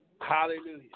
Hallelujah